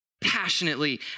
Passionately